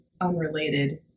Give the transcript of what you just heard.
unrelated